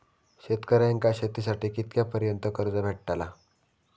शेतकऱ्यांका शेतीसाठी कितक्या पर्यंत कर्ज भेटताला?